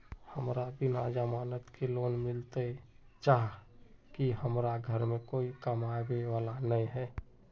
हमरा बिना जमानत के लोन मिलते चाँह की हमरा घर में कोई कमाबये वाला नय है?